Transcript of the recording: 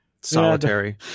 Solitary